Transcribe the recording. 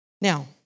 Now